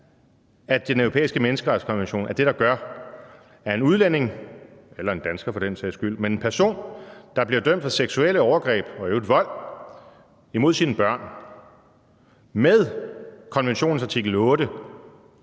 at Den Europæiske Menneskerettighedskonvention er det, der gør, at en udlænding eller en dansker for den sags skyld, altså at en person, der bliver dømt for seksuelle overgreb og i øvrigt vold mod sine børn, med konventionens artikel 8